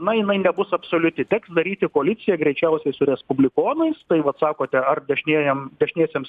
na jinai nebus absoliuti teks daryti koaliciją greičiausiai su respublikonais tai vat sakote ar dešiniejam dešiniesiems